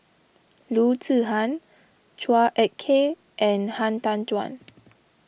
Loo Zihan Chua Ek Kay and Han Tan Juan